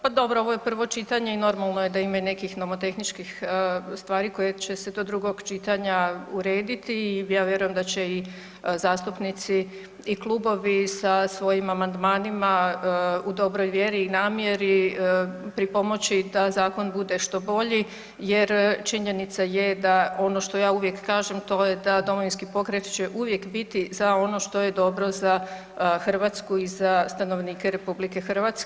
Pa dobro, ovo je prvo čitanje i normalno je da ima i nekih nomotehničkih stvari koje će se do drugog čitanja urediti i ja vjerujem da će i zastupnici i klubovi sa svojim amandmanima u dobroj vjeri i namjeri pripomoći da zakon bude što bolji jer činjenica je da ono što ja uvijek kažem to je da Domovinski pokret će uvijek biti za ono što je dobro za Hrvatsku i za stanovnike RH.